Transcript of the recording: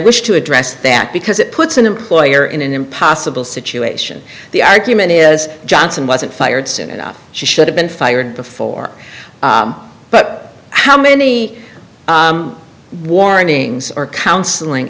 wish to address that because it puts an employer in an impossible situation the argument is johnson wasn't fired soon enough she should have been fired before but how many warnings or counseling